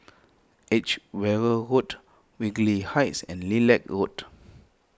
Edgeware Road Whitley Heights and Lilac Road